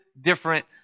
different